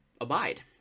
abide